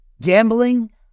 gambling